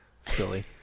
Silly